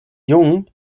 jungen